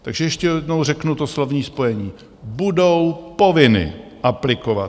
Takže ještě jednou řeknu to slovní spojení: budou povinny aplikovat.